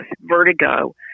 vertigo